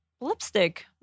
lipstick